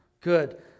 Good